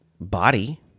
body